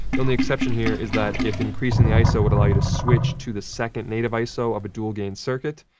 the only exception here is that if increasing the iso would allow you to switch to the second native iso of a dual-gain circuit,